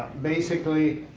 basically,